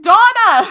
Donna